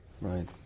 Right